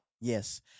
Yes